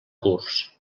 curs